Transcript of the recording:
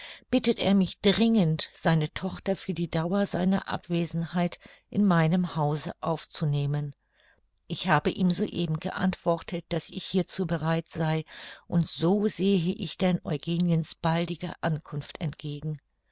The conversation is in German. bittet er mich dringend seine tochter für die dauer seiner abwesenheit in meinem hause aufzunehmen ich habe ihm so eben geantwortet daß ich hierzu bereit sei und so sehe ich denn eugeniens baldiger ankunft entgegen